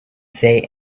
say